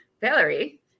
Valerie